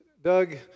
Doug